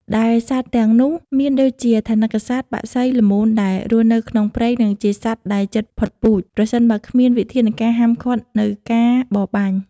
ដែលសត្វទាំងនោះមានដូចជា ថនិកសត្វ បក្សី ល្មូនដែលរស់នៅក្នុងព្រៃ និងជាសត្វដែលជិតផុតពូជ ប្រសិនបើគ្មានវិធានការហាមឃាត់នៅការបរបាញ់។